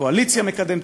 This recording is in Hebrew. שהקואליציה מקדמת,